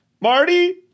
marty